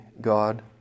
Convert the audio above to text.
God